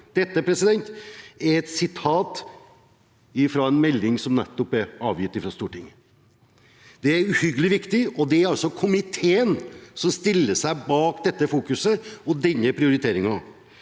Dette er et sitat fra en innstilling som nettopp er avgitt til Stortinget. Det er uhyggelig viktig, og det er komiteen som stiller seg bak denne fokuseringen og denne prioriteringen.